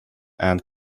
and